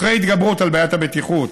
אחרי התגברות על בעיית הבטיחות,